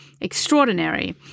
extraordinary